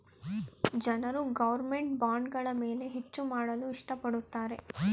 ಜನರು ಗೌರ್ನಮೆಂಟ್ ಬಾಂಡ್ಗಳ ಮೇಲೆ ಹೆಚ್ಚು ಮಾಡಲು ಇಷ್ಟ ಪಡುತ್ತಾರೆ